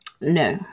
No